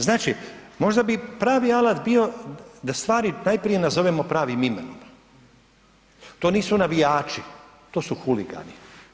Znači možda bi pravi alat bio da stvari najprije nazovemo pravim imenom, to nisu navijači, to su huligani.